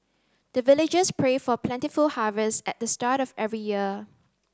the villagers pray for plentiful harvest at the start of every year